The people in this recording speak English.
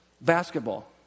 basketball